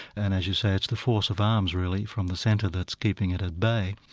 and as you say, it's the force of arms really from the centre that's keeping it at bay.